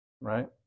Right